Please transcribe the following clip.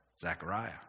Zechariah